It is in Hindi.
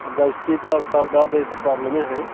और गैस्ट्रिक का और सिर दर्द यह सब प्रॉब्लमे हैं